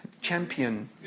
champion